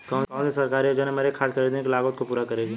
कौन सी सरकारी योजना मेरी खाद खरीदने की लागत को पूरा करेगी?